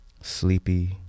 sleepy